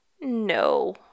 No